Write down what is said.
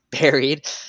buried